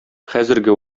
хәзерге